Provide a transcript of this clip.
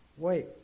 Wait